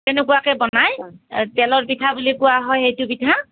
তেনেকুৱাকে বনায় তেলৰ পিঠা বুলি কোৱা হয় সেইটো পিঠা